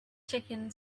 chicken